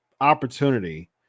opportunity